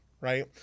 right